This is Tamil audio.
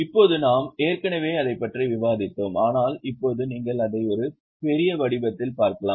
இப்போது நாம் ஏற்கனவே அதைப் பற்றி விவாதித்தோம் ஆனால் இப்போது நீங்கள் அதை ஒரு பெரிய வடிவத்தில் பார்க்கலாம்